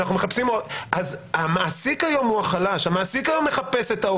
אז המעסיק היום הוא החלש,